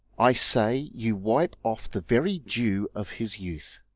i say, you wipe off the very dew of his youth.